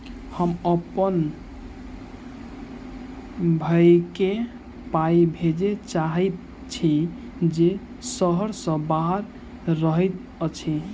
हम अप्पन भयई केँ पाई भेजे चाहइत छि जे सहर सँ बाहर रहइत अछि